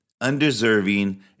undeserving